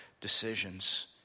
decisions